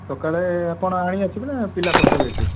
ସକାଳେ ଆପଣ ଆଣି ଆସିବେ ନା ପିଲା ପଠେଇବେ ଏଠୁ